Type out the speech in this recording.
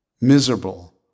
miserable